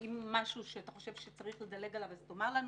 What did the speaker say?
אם יש משהו שאתה חושב שצריך לדלג עליו, תאמר לנו.